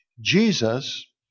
Jesus